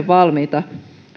valmiita